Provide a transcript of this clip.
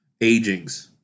agings